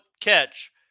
catch